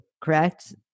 Correct